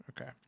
Okay